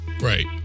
Right